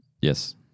Yes